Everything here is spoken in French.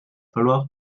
falloir